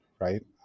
right